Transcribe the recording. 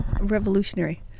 revolutionary